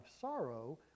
sorrow